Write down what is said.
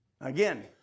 Again